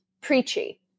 preachy